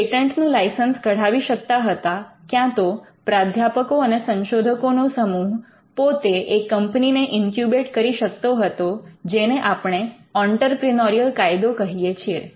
તે પેટન્ટ નું લાઇસન્સ કઢાવી શકતા હતા કાં તો પ્રાધ્યાપકો અને સંશોધકો નો સમૂહ પોતે એક કંપનીને ઇન્ક્યુબેટ્ કરી શકતો હતો જેને આપણે ઑંટરપ્રિનોરિયલ કાયદો કહીએ છીએ